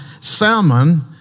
Salmon